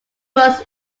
was